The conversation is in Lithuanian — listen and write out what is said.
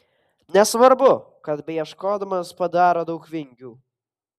nesvarbu kad beieškodamas padaro daug vingių